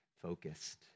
focused